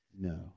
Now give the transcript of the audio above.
No